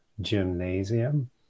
gymnasium